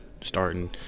starting